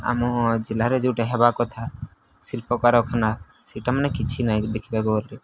ଆମ ଜିଲ୍ଲାରେ ଯେଉଁଟା ହେବା କଥା ଶିଳ୍ପ କାରଖାନା ସେଇଟା ମାନେ କିଛି ନାହିଁ ଦେଖିବାକୁ ଗଲେ